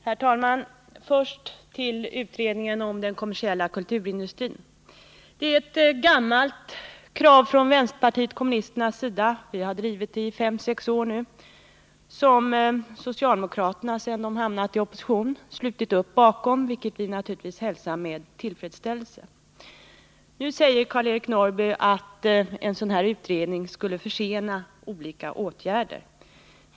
Herr talman! Först till utredningen om den kommersiella kulturindustrin. Det är ett gammalt krav från vänsterpartiet kommunisterna — vi har drivit det i fem sex år nu — som socialdemokraterna, sedan de hamnat i opposition, slutit upp bakom, vilket vi naturligtvis hälsar med tillfredsställelse. Nu säger Karl-Eric Norrby att en sådan här utredning skulle försena olika åtgärder.